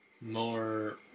more